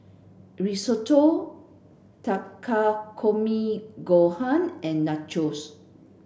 Risotto Takikomi Gohan and Nachos